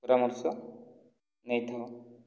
ପରାମର୍ଶ ନେଇଥାଉ